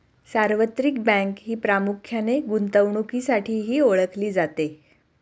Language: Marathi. सार्वत्रिक बँक ही प्रामुख्याने गुंतवणुकीसाठीही ओळखली जाते